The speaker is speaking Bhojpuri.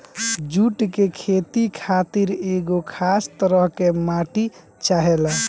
जुट के खेती खातिर एगो खास तरह के माटी चाहेला